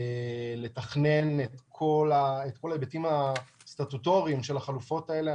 לתכנן את כל ההיבטים הסטטוטוריים של החלופות האלה.